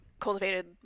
cultivated